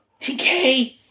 TK